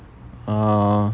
uh